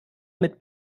mit